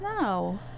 No